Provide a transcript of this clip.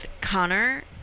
Connor